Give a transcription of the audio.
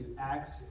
Acts